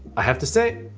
i have to say,